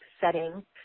setting